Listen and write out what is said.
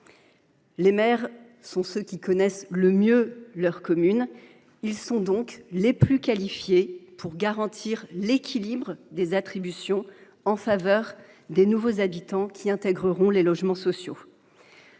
les maires sont ceux qui connaissent le mieux leur commune : ils sont donc les plus qualifiés pour garantir l’équilibre des attributions en faveur des nouveaux habitants qui intégreront les logements sociaux.